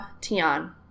Tian